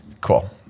Cool